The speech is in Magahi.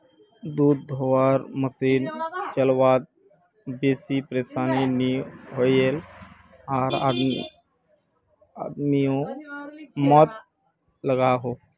दूध धुआर मसिन चलवात बेसी परेशानी नि होइयेह आर आदमियों कम लागोहो